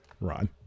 Ron